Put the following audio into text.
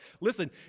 listen